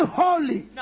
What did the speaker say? holy